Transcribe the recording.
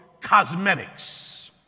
cosmetics